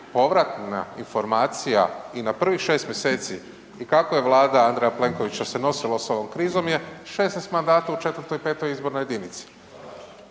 povratna informacija i na prvih 6 mjeseci i kako je Vlada Andreja Plenkovića se nosila s ovom krizom je 16 mandata u 4. i 5. izbornoj jedinici.